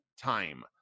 time